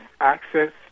access